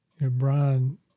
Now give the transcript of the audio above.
Brian